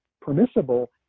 permissible